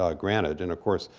ah granted, and of course,